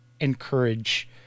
encourage